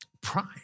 Pride